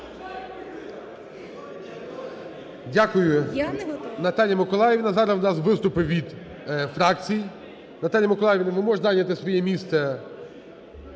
Дякую, Наталія Миколаївна. Зараз у нас виступи від фракцій. Наталія Миколаївна, ви можете зайняти своє місце